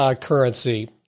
currency